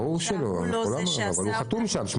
ברור שלא, אבל הוא חתום שם.